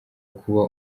kuba